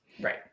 Right